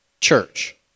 church